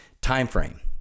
timeframe